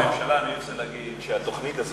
אם תפסיקי לצעוק אני אענה לך.